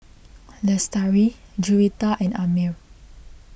Lestari Juwita and Ammir